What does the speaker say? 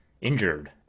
injured